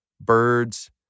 Birds